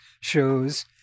shows